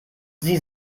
sie